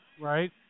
Right